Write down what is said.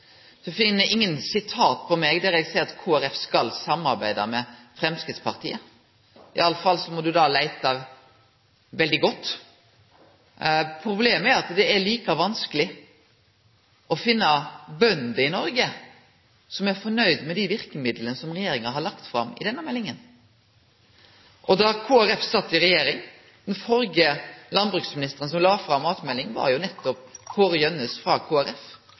ingen sitat på meg der eg seier at Kristeleg Folkeparti skal samarbeide med Framstegspartiet. I alle fall må ein da leite veldig godt. Problemet er at det er like vanskeleg å finne bønder i Noreg som er fornøgde med dei verkemidla som regjeringa har lagt fram i denne meldinga. Viss ein ser kva me fekk til da Kristeleg Folkeparti sat i regjering – den førre landbruksministeren som la fram ei matmelding, var jo nettopp